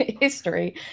history